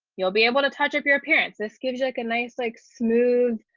you'll be able to touch up your appearance. this gives you like a nice like smooth,